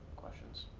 questions,